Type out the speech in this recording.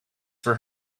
for